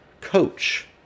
coach